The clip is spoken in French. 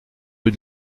rue